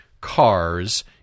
cars